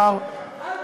הלצות ושקרים.